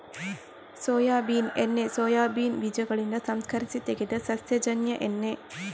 soybean ಎಣ್ಣೆ soybean ಬೀಜಗಳಿಂದ ಸಂಸ್ಕರಿಸಿ ತೆಗೆದ ಸಸ್ಯಜನ್ಯ ಎಣ್ಣೆ